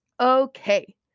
Okay